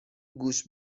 گوش